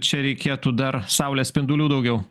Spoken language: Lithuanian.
čia reikėtų dar saulės spindulių daugiau